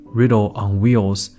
riddleonwheels